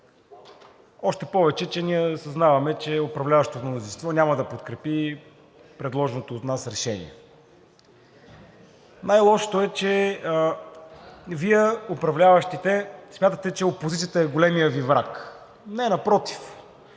още повече че ние съзнаваме, че управляващото мнозинство няма да подкрепи предложеното от нас решение. Най-лошото е, че Вие управляващите смятате, че опозицията е големият Ви враг – не, напротив.